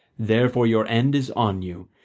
therefore your end is on you,